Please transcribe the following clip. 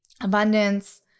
Abundance